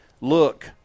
look